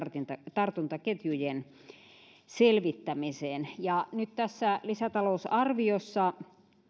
tartuntaketjujen selvittämiseen ja nyt tässä lisätalousarviossa